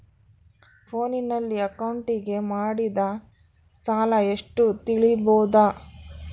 ಫೋನಿನಲ್ಲಿ ಅಕೌಂಟಿಗೆ ಮಾಡಿದ ಸಾಲ ಎಷ್ಟು ತಿಳೇಬೋದ?